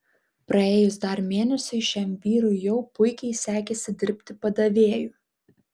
praėjus dar mėnesiui šiam vyrui jau puikiai sekėsi dirbti padavėju